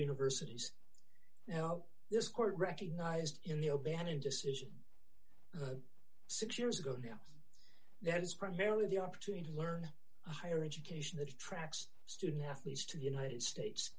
universities now this court recognized in the o'bannon decision six years ago now that is primarily the opportunity to learn higher education that tracks student athletes to the united states